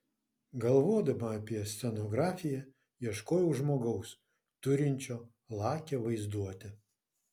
galvodama apie scenografiją ieškojau žmogaus turinčio lakią vaizduotę